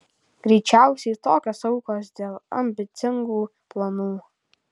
greičiausiai tokios aukos dėl ambicingų planų